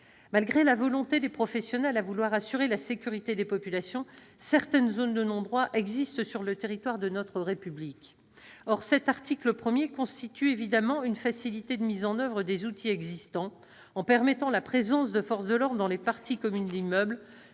Malgré la volonté des professionnels d'assurer la sécurité des populations, certaines zones de non-droit existent sur le territoire de notre République. Or cet article 1, s'il facilite évidemment la mise en oeuvre des outils existants, en permettant la présence de forces de l'ordre dans les parties communes d'immeubles,